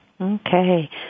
Okay